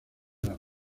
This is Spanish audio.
las